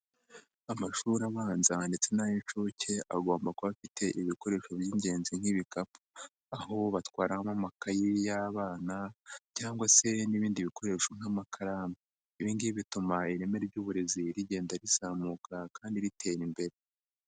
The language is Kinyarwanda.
Amashuri abanza ndetse n'ay'inshuke agomba kuba afite ibikoresho by'ingenzi nk'ibikapu, aho batwaramo amakayi y'abana cyangwa se n'ibindi bikoresho nk'amakaramu, ibi ngibi bituma ireme ry'uburezi rigenda rizamuka kandi ritera imbere.